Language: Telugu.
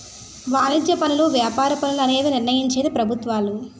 వాణిజ్య పనులు వ్యాపార పన్నులు అనేవి నిర్ణయించేది ప్రభుత్వాలు